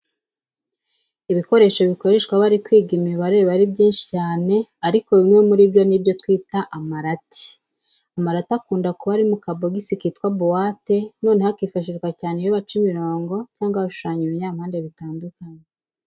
Ibikoresho bikoreshwa bari kwiga imibare biba ari byinshi cyane, ariko bimwe muri byo ni ibyo twita amarati. Amarati akunda kuba ari mu kabogisi kitwa buwate, noneho akifashishwa cyane iyo baca imirongo cyangwa bashushanya ibinyampande bitandukanye.